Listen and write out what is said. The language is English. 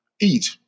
eat